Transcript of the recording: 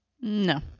No